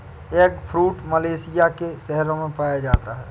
eggfruit Malaysia के शहरों में पाया जाता है